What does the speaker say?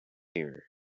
here